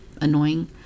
annoying